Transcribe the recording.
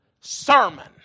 sermon